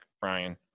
Brian